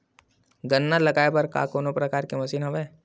गन्ना लगाये बर का कोनो प्रकार के मशीन हवय?